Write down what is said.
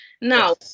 Now